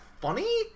funny